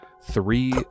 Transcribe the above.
three